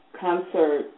concert